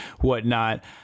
whatnot